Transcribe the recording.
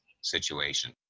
situation